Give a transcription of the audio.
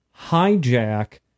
hijack